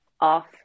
off